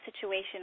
situation